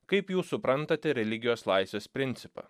kaip jūs suprantate religijos laisvės principą